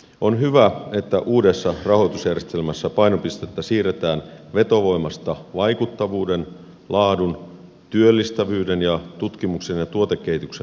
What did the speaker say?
on hyvä että uudessa rahoitusjärjestelmässä painopistettä siirretään vetovoimasta vaikuttavuuden laadun työllistävyyden ja tutkimuksen ja tuotekehityksen suuntaan